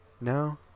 No